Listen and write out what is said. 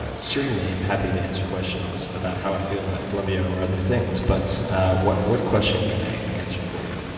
ah certainly i'm happy to answer questions about how i feel about colombia or other things. but what what question can i answer for you?